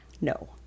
No